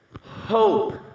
hope